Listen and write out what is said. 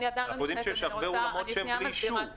אנחנו יודעים שיש הרבה אולמות ללא אישור,